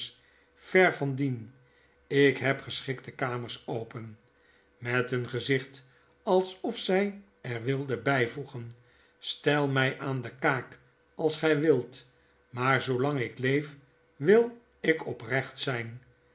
ver van dien ik heb geschikte kamers open met een gezicht alsof zij er wilde by voegen stel my aan de kaak als gy wilt maar zoolang ik leef wil ik oprecht zijn